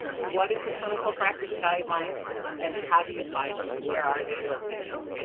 what is a clinical practice guideline and how do you find them, where are they located?